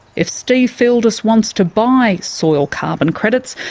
if steve fieldus wants to buy soil carbon credits,